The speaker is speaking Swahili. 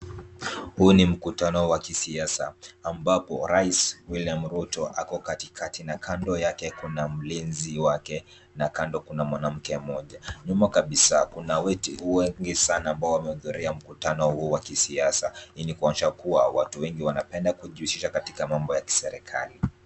Huu ni mkutano wa kisiasa ambapo rais William Ruto ako katikati na kando yake kuna mlinzi wake na kando kuna mwanamke mmoja. Nyuma kabisa kuna watu wengi sana ambao wamehudhuria mkutano huu wa kisiasa ili kuonyesha kuwa watu wengi wanapenda kujihusisha katika mambo ya kiserekali.